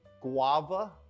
guava